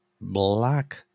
black